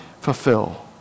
fulfill